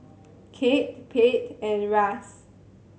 Kate Pate and Russ